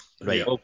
Right